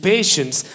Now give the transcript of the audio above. Patience